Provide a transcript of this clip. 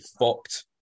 fucked